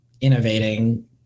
innovating